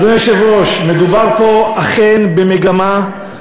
אדוני היושב-ראש, מדובר פה אכן במגמה.